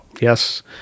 Yes